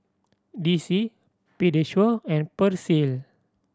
D C Pediasure and Persil